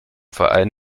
verein